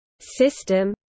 system